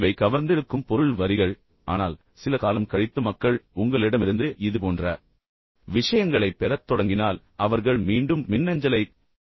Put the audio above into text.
இவை கவர்ந்திழுக்கும் பொருள் வரிகள் ஆனால் சில காலம் கழித்து மக்கள் உங்களிடமிருந்து இதுபோன்ற விஷயங்களைப் பெறத் தொடங்கினால் அவர்கள் மீண்டும் மின்னஞ்சலைத் திறக்க மாட்டார்கள்